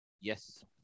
Yes